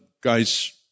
guys